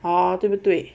啊对不对